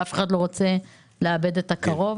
ואף אחד לא רוצה לאבד את הקרוב